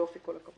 יופי, כל הכבוד.